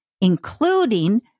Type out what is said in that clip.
including